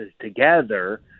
together